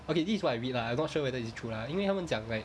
okay this is what I read lah I'm not sure whether it's true lah 因为他们讲 right